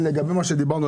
לגבי מה שאמרנו,